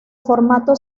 formato